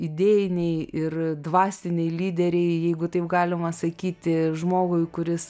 idėjinei ir dvasinei lyderei jeigu taip galima sakyti žmogui kuris